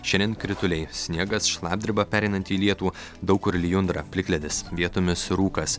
šiandien krituliai sniegas šlapdriba pereinanti į lietų daug kur lijundra plikledis vietomis rūkas